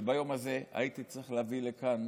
שביום הזה הייתי צריך להביא לכאן